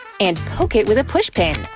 and poke it with a pushpin.